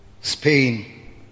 Spain